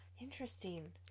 interesting